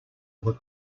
were